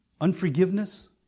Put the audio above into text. unforgiveness